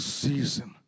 season